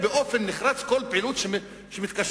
"לדכא" באופן נחרץ כל פעילות שמתקשרת